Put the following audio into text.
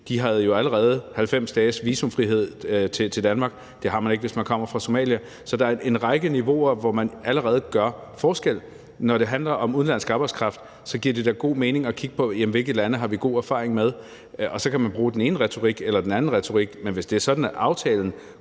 De havde jo allerede 90 dages visumfrihed til Danmark. Det har man ikke, hvis man kommer fra Somalia. Så der er en række niveauer, hvor man allerede gør forskel. Når det handler om udenlandsk arbejdskraft, giver det da god mening at kigge på, hvilke lande vi har god erfaring med. Og så kan man bruge den ene retorik eller den anden retorik, men hvis det er sådan, at aftalen